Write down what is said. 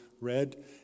read